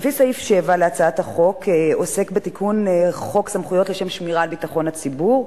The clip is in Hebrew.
סעיף 7 להצעת החוק עוסק בתיקון חוק סמכויות לשם שמירה על ביטחון הציבור,